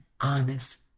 honest